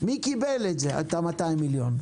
מי קיבל את 200 המיליון?